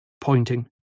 pointing